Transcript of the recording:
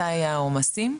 מתי העומסים,